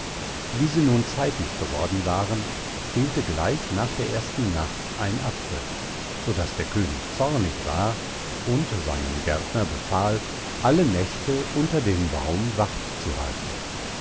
wie sie nun zeitig geworden waren fehlte gleich nach der ersten nacht ein apfel so daß der könig zornig war und seinen gärtner befahl alle nächte unter dem baum wacht zu halten